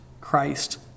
Christ